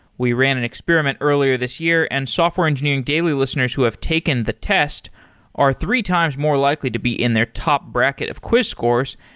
we ran an experiment earlier this year and software engineering daily listeners who have taken the test are three times more likely to be in their top bracket of quiz scores.